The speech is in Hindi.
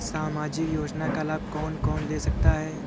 सामाजिक योजना का लाभ कौन कौन ले सकता है?